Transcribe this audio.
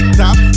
top